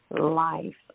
life